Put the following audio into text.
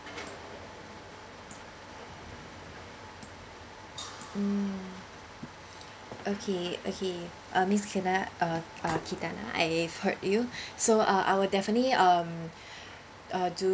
mm mm okay okay uh miss cathana uh uh cathana I heard you so uh I will definitely um uh do